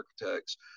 architects